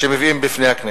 שמביאים בפני הכנסת.